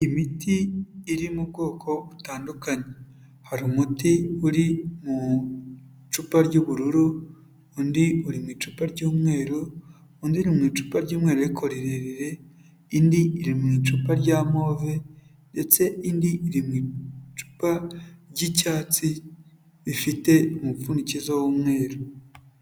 Imiti iri mu bwoko butandukanye, hari umuti uri mu icupa ry'ubururu, undi uri mu icupa ry'umweru, undi iri mu icupa ry'umweru ariko rirerire, indi iri mu icupa rya move ndetse indi riri mu icupa ry'icyatsi rifite umupfundikizo w'umweru.